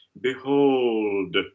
behold